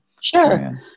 sure